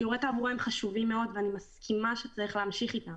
שיעורי התעבורה הם חשובים מאוד ואני מסכימה שצריך להמשיך אתם